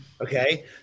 okay